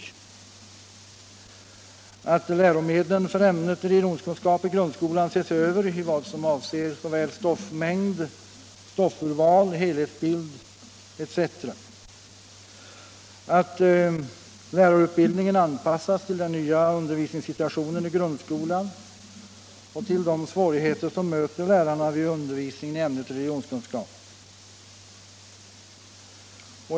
Jag begär även att läromedlen för ämnet religionskunskap i grundskolan skall ses över i vad avser stoffmängd, stoffurval, helhetsbild etc. Lärarutbildningen bör anpassas till den nya undervisningssituationen i grundskolan och till de svårigheter som möter lärarna vid undervisningen i ämnet religionskunskap.